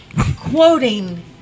quoting